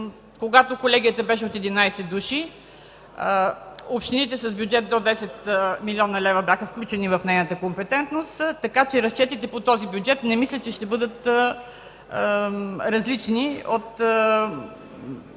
Когато колегията беше от 11 души, общините с бюджет до 10 млн. лв. бяха включени в нейната компетентност, така че разчетите по този бюджет не мисля, че ще бъдат различни от